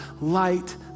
light